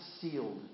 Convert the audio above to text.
sealed